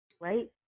right